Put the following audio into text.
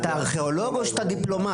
אתה ארכיאולוג או שאתה דיפלומט?